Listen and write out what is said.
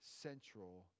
central